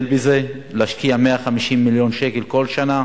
להשקיע 150 מיליון שקל כל שנה,